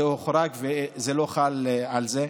זה הוחרג וזה לא חל על זה.